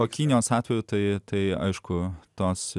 o kinijos atveju tai tai aišku tos